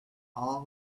all